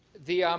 the um